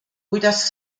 kuidas